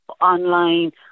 online